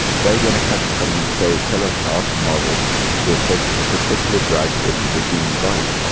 they're going to come to someone and say tell us how to model the effect of a particular drug in the human body.